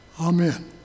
Amen